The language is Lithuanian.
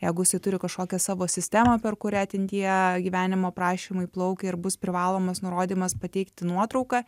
jeigu jisai turi kažkokią savo sistemą per kurią ten tie gyvenimo prašymai plaukia ir bus privalomas nurodymas pateikti nuotrauką